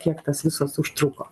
kiek tas visas užtruko